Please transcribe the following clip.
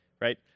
right